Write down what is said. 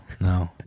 no